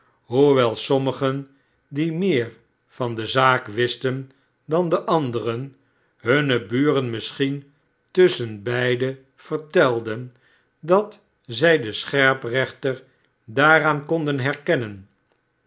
hoewel sommigen die meer van de zaak wisten dan de anderep hunne buren misschien tusschen beiden vertelden dat zij den scherprechter daaraan konden kennen